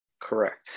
Correct